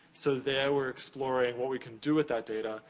so, there, we're exploring what we can do with that data.